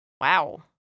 Wow